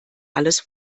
alles